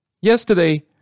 Yesterday